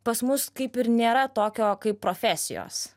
pas mus kaip ir nėra tokio kaip profesijos